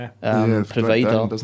provider